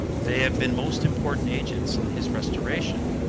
they have been most important agents in his restoration,